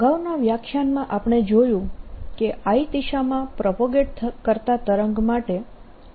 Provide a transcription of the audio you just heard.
અગાઉના વ્યાખ્યાનમાં આપણે જોયું કે i દિશામાં પ્રોપગેટ કરતા તરંગ માટે i